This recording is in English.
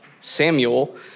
Samuel